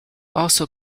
also